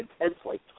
intensely